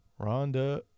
Rhonda